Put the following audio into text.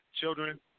children